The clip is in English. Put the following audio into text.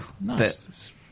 Nice